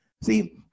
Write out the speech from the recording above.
See